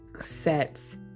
sets